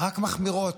רק מחמירות.